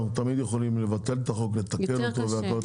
תמיד יכולים לבטל את החוק ולתקן אותו והכל,